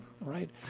right